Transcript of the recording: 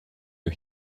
you